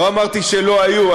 לא אמרתי שלא היו.